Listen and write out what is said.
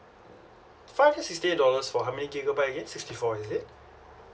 five hundred and sixty eight dollars for how many gigabyte again sixty four is it